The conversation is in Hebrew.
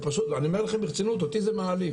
אני אומר לכם ברצינות, אותי זה מעליב.